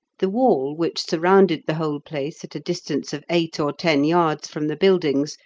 the wall, which surrounded the whole place at a distance of eight or ten yards from the buildings,